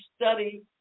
study